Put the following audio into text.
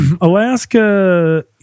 Alaska